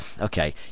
Okay